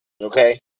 Okay